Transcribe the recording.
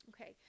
okay